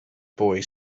boy